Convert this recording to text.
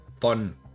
fun